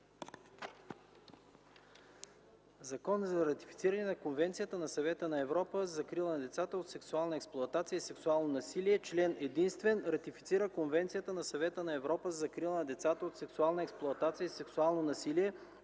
„ЗАКОН за ратифициране на Конвенцията на Съвета на Европа за закрила на децата от сексуална експлоатация и сексуално насилие Член единствен. Ратифицира Конвенцията на Съвета на Европа за закрила на децата от сексуална експлоатация и сексуално насилие,